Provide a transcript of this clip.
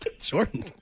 Jordan